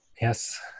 yes